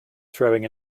throwing